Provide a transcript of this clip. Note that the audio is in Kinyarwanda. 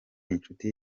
inshuti